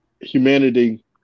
humanity